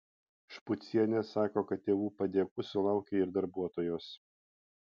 špucienė sako kad tėvų padėkų sulaukia ir darbuotojos